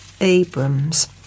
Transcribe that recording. Abrams